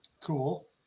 cool